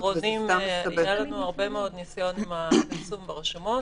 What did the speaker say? בחודשים האחרונים היה לנו הרבה מאוד ניסיון עם הפרסום ברשומות.